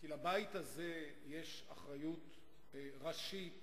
לבית הזה יש אחריות ראשית